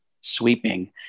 sweeping